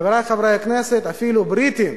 חברי חברי הכנסת, אפילו הבריטים